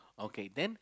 okay then